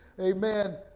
Amen